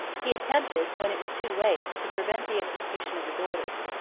he attempted, when it was too late, to prevent the execution of his orders.